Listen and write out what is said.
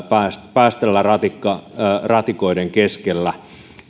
ratikoiden keskellä